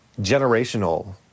Generational